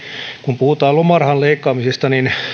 kun puhutaan lomarahan leikkaamisesta niin